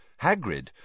Hagrid